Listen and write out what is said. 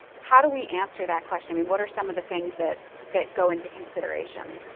how do we answer that question? i mean, what are some of the things that that go into consideration?